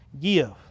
Give